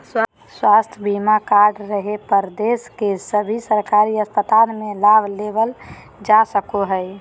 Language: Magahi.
स्वास्थ्य बीमा कार्ड रहे पर देश के सभे सरकारी अस्पताल मे लाभ लेबल जा सको हय